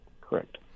Correct